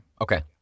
Okay